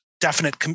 Definite